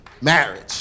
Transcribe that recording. marriage